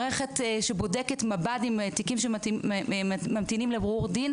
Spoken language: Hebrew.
מערכת שבודקת בזמן אמת מב"ד עם תיקים שממתינים לבירור דין.